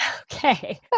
Okay